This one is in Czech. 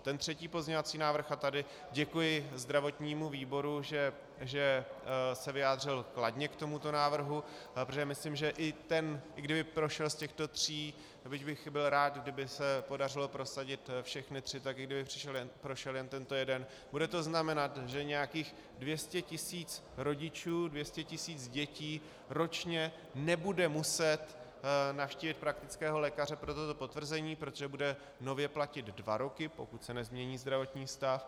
Ten třetí pozměňovací návrh, a tady děkuji zdravotnímu výboru, že se vyjádřil kladně k tomuto návrhu, protože myslím, že i kdyby prošel z těchto tří, byť bych byl rád, kdyby se podařilo prosadit všechny tři, tak i kdyby prošel jen tento jeden, bude to znamenat, že nějakých 200 tisíc rodičů, 200 tisíc dětí ročně nebude muset navštívit praktického lékaře pro toto potvrzení, protože bude nově platit dva roky, pokud se nezmění zdravotní stav.